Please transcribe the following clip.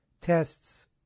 tests